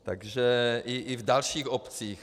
Taktéž i v dalších obcích.